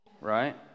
right